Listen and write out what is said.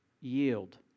yield